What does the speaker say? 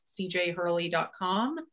cjhurley.com